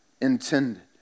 intended